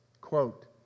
Quote